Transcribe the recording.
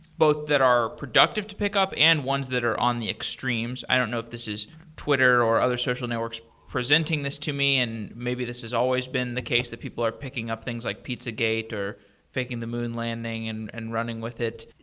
both that are productive to pick up and ones that are on the extremes. i don't know if this is twitter, or other social networks presenting this to me and maybe this is always been the case, that people are picking up things like pizzagate, or faking the moon landing and and running with it.